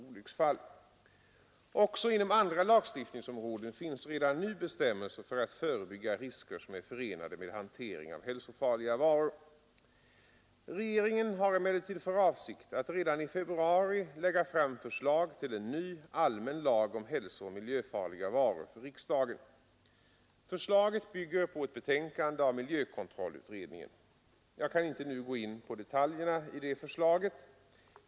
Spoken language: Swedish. Också inom andra lagstiftningsområden finns redan nu bestämmelser för att förebygga risker som är förenade med hantering av hälsofarliga varor. Regeringen har emellertid för avsikt att redan i februari lägga fram förslag till en ny allmän lag om hälsooch miljöfarliga varor för riksdagen. Förslaget bygger på ett betänkande av miljökontrollutredningen . Jag kan inte nu gå in på detaljerna i förslaget.